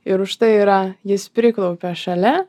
ir už tai yra jis priklaupė šalia